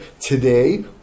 today